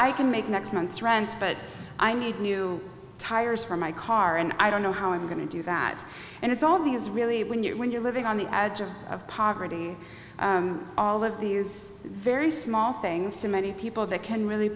i can make next month's rent but i need new tires for my car and i don't know how i'm going to do that and it's all these really when you when you're living on the edges of poverty all of these very small things to many people that can really